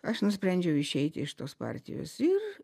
aš nusprendžiau išeiti iš tos partijos ir